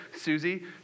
Susie